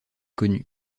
connue